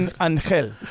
Angel